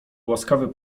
łaskawy